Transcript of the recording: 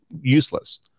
useless